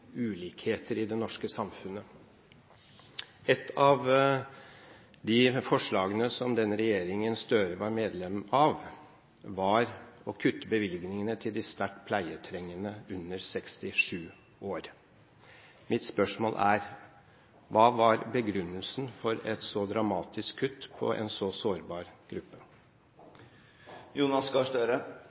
ulikheter i det norske samfunnet. Et av forslagene til den regjeringen Gahr Støre var medlem av, var å kutte bevilgningene til de sterkt pleietrengende under 67 år. Mitt spørsmål er: Hva var begrunnelsen for et så dramatisk kutt for en så sårbar gruppe?